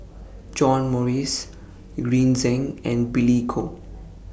John Morrice Green Zeng and Billy Koh